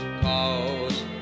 cause